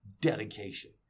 dedication